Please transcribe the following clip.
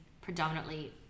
predominantly